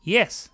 Yes